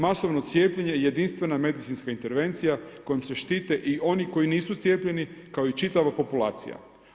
Masovno cijepljenje jedinstvena medicinska intervencija kojom se štite i oni koji nisu cijepljeni kao i čitava populacija.